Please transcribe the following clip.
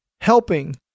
helping